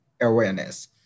awareness